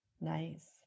Nice